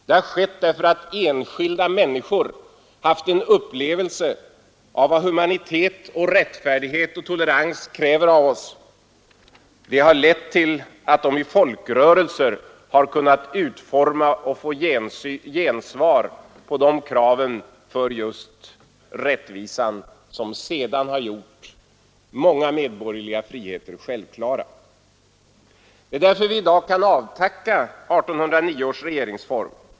Det har skett därför att enskilda människor haft en upplevelse av vad humanitet, rättfärdighet och tolerans kräver av oss. Det har lett till att de i folkrörelser kunnat utforma och få gensvar för dessa krav på rättvisa, som sedan har gjort många medborgerliga friheter självklara. Det är därför vi i dag kan avtacka 1809 års regeringsform.